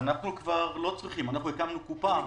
לכן אנחנו רוצים את הקביעות הזאת,